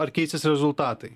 ar keisis rezultatai